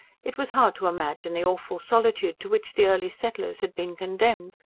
it was hard to imagine the awful solitude to which the early settlers had been condemned.